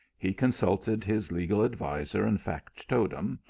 he consulted his legal adviser and factotum,